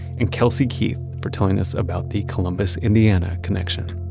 and kelsey keith for telling us about the columbus indiana connection.